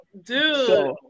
Dude